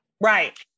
Right